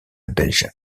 belge